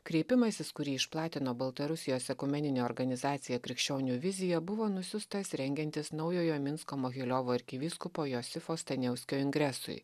kreipimasis kurį išplatino baltarusijos ekumeninė organizacija krikščionių vizija buvo nusiųstas rengiantis naujojo minsko mogiliovo arkivyskupo josifo staniauskio ingresui